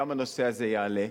וגם הנושא הזה יעלה.